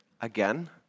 again